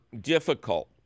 difficult